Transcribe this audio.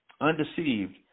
undeceived